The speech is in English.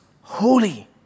holy